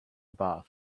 bath